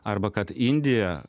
arba kad indija